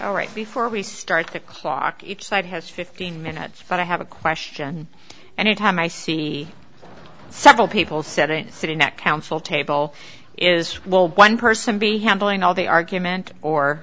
all right before we start the clock each side has fifteen minutes but i have a question anytime i see several people setting sitting at counsel table is one person be handling all the argument or